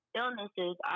illnesses